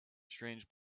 strange